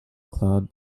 club